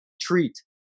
treat